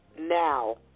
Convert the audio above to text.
now